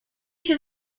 się